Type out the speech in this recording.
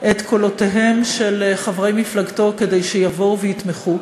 את קולותיהם של חברי מפלגתו כדי שיבואו ויתמכו,